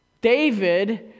David